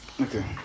Okay